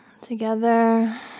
Together